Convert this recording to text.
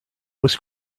was